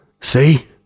See